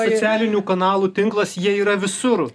socialinių kanalų tinklas jie yra visur